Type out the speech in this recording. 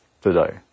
today